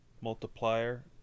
multiplier